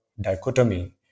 dichotomy